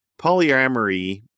polyamory